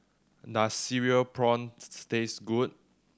does Cereal Prawns taste good